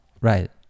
Right